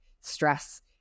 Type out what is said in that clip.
stress